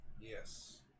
Yes